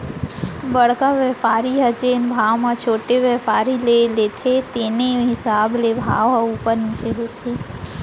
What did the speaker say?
बड़का बेपारी ह जेन भाव म छोटे बेपारी ले लेथे तेने हिसाब ले भाव ह उपर नीचे होथे